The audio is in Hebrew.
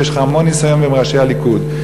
יש לך המון ניסיון עם ראשי הליכוד: